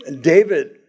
David